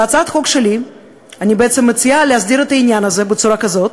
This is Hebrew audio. בהצעת החוק שלי אני בעצם מציעה להסדיר את העניין הזה בצורה כזאת